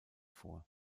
vor